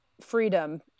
freedom